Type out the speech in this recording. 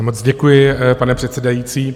Moc děkuji, pane předsedající.